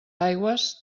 aigües